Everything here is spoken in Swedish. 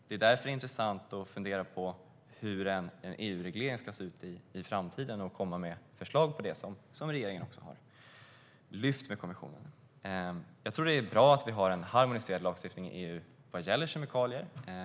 Det är därför som det är intressant att fundera på hur en EU-reglering ska se ut i framtiden och att man kommer med förslag på det, vilket regeringen också har lyft fram för kommissionen. Jag tror att det är bra att vi har en harmoniserad lagstiftning i EU vad gäller kemikalier.